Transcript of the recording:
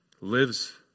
lives